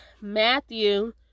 Matthew